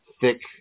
thick